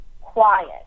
quiet